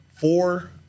four